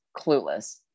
clueless